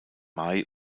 mai